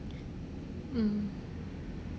mm